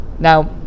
Now